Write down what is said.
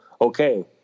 okay